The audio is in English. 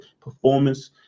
performance